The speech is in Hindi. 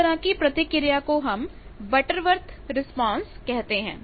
इस तरह की प्रतिक्रिया को हम बटरवर्थ रिस्पांस कहते हैं